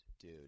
dude